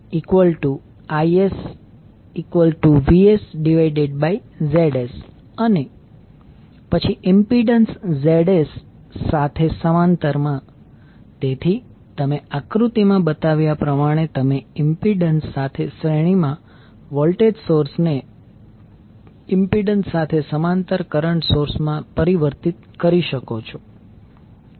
તેથી VsIsZs⇔IsVsZs અને પછી ઇમ્પિડન્સ Zs સાથે સમાંતરમાં તેથી તમે આકૃતિમાં બતાવ્યા પ્રમાણે તમે ઇમ્પિડન્સ સાથે શ્રેણીમાં વોલ્ટેજ સોર્સને ઇમ્પિડન્સ સાથે સમાંતર કરંટ સોર્સ માં પરિવર્તિત કરી શકો છો